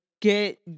get